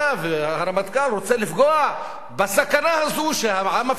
הרמטכ"ל רוצה לפגוע בסכנה הזו שהעם הפלסטיני